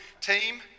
team